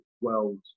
world